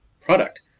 product